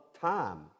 time